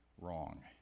wrong